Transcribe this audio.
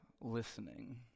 listening